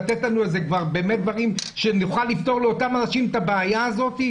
לתת לנו משהו כדי שנוכל לפתור לאותם אנשים את הבעיה הזאת?